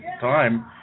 time